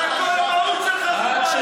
זה ביזיון של הכנסת וביזיון לתפקיד הפרלמנטרי